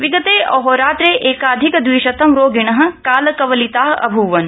विगते अहोरात्रे एकाधिकद्विशतं रोगिण कालकवलिता अभूवन्